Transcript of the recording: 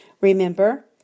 Remember